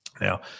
Now